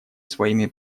своими